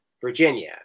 virginia